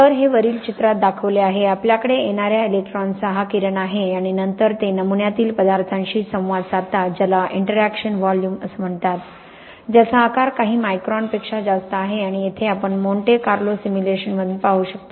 तर हे वरील चित्रात दाखवले आहे आपल्याकडे येणार्या इलेक्ट्रॉन्सचा हा किरण आहे आणि नंतर ते नमुन्यातील पदार्थाशी संवाद साधतात ज्याला इंटरॅक्शन व्हॉल्यूम म्हणतात ज्याचा आकार काही मायक्रॉनपेक्षा जास्त आहे आणि येथे आपण मोंटे कार्लो सिम्युलेशन मधून पाहू शकतो